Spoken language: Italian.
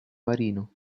marino